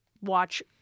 watch